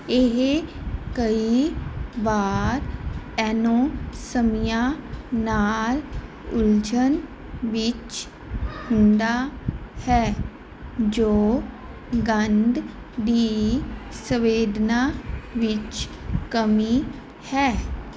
ਇਹ ਕਈ ਵਾਰ ਐਨੋਸਮੀਆ ਨਾਲ ਉਲਝਣ ਵਿੱਚ ਹੁੰਦਾ ਹੈ ਜੋ ਗੰਧ ਦੀ ਸੰਵੇਦਨਾ ਵਿੱਚ ਕਮੀ ਹੈ